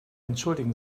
entschuldigen